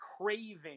craving